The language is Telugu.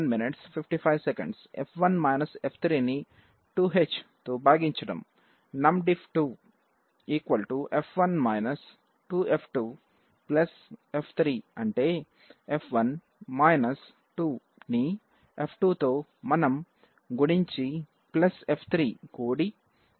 numDiff2 f1 2f2 f3 అంటే f1 2 ని f2 తో గుణించిf3 కూడి మొత్తాన్ని h వర్గంతో భాగించడం